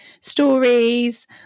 stories